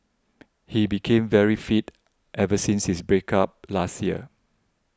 he became very fit ever since his break up last year